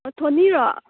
ꯑ ꯊꯣꯅꯤꯔꯣ